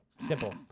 Simple